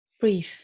breathe